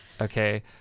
Okay